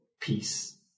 Peace